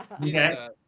Okay